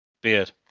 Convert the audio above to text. Beard